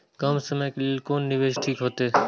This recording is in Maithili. कम समय के लेल कोन निवेश ठीक होते?